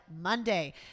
Monday